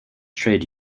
trade